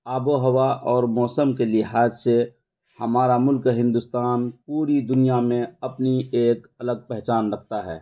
آب و ہوا اور موسم کے لحاظ سے ہمارا ملک ہندوستان پوری دنیا میں اپنی ایک الگ پہچان رکھتا ہے